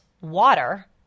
water